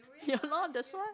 ya loh that's why